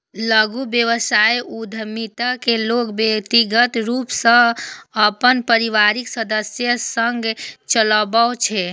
लघु व्यवसाय उद्यमिता कें लोग व्यक्तिगत रूप सं अपन परिवारक सदस्य संग चलबै छै